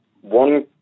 One